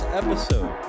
episode